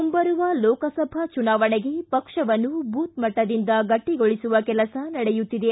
ಮುಂಬರುವ ಲೋಕಸಭಾ ಚುನಾವಣೆಗೆ ಪಕ್ಷವನ್ನು ಬೂತ್ಮಟ್ಟದಿಂದ ಗಟ್ಟಿಗೊಳಿಸುವ ಕೆಲಸ ನಡೆಯುತ್ತಿದೆ